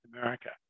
America